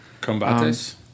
Combates